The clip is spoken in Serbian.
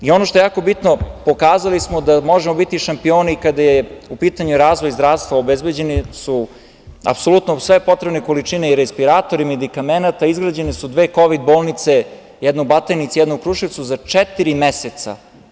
Ono što je jako bitno, pokazali smo da možemo biti šampioni kada je u pitanju razvoj zdravstva, obezbeđene su apsolutno sve potrebne količine respiratora, medikamenata, izgrađene su dve kovid bolnice, jedna u Batajnici, jedna u Kruševcu za četiri meseca.